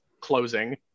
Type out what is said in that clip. closing